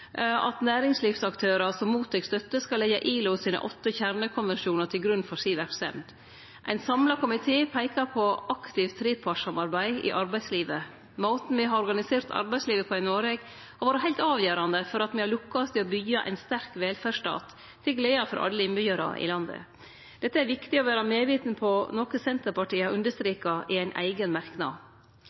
at næringslivsaktørar som tek imot støtte, skal leggje ILOs åtte kjernekonvensjonar til grunn for verksemda si. Ein samla komité peikar på eit aktivt trepartssamarbeid i arbeidslivet. Måten me har organisert arbeidslivet på i Noreg, har vore heilt avgjerande for at me har lukkast i å byggje ein sterk velferdsstat, til glede for alle innbyggjarane i landet. Dette er det viktig å vere medviten om, noko Senterpartiet har understreka i ein eigen merknad.